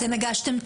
אתם הגשתם תלונה?